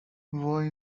وای